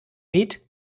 meat